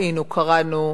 קראנו,